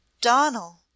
Donal